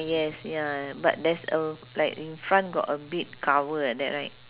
yes ya but there's a like in front got a big cover like that right